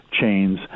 chains